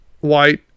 white